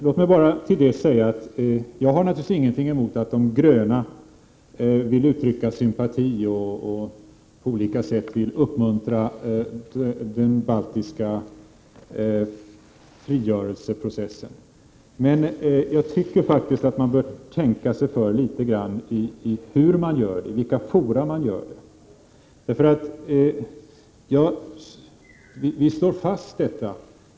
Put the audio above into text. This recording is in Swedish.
Låt mig bara säga att jag naturligtvis inte har någonting emot att de gröna vill uttrycka sympati för och på olika sätt vill uppmuntra den baltiska frigörelseprocessen. Däremot bör man faktiskt tänka sig för litet grand beträffande när man gör det och vilka fora man använder.